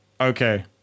Okay